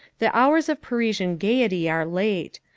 the hours of parisian gaiety are late.